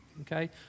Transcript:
Okay